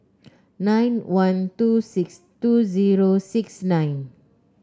nine one two six two zero six nine